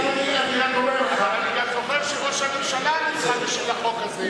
אבל אני גם זוכר שראש הממשלה הצביע בשביל החוק הזה.